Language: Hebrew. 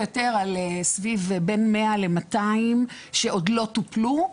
יותר על בין 100 ל-200 שעוד לא טופלו.